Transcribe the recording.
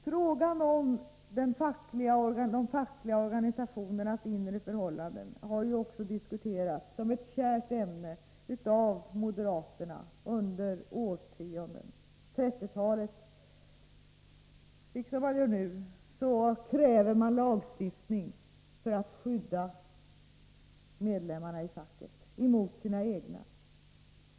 Frågan om de fackliga organisationernas inre förhållanden har ju diskuterats som ett kärt ämne av moderaterna under årtionden. På 1930-talet liksom nu krävde man lagstiftning för att skydda medlemmarna i facket mot sina egna.